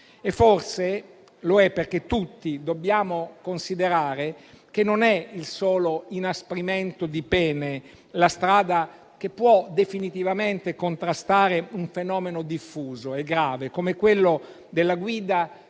Forse lo è perché tutti dobbiamo considerare che non è il solo inasprimento di pene la strada che può definitivamente contrastare un fenomeno diffuso e grave come quello della guida